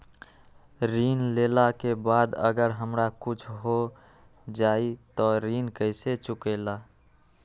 ऋण लेला के बाद अगर हमरा कुछ हो जाइ त ऋण कैसे चुकेला?